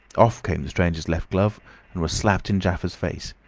off came the stranger's left glove and was slapped in jaffers' face.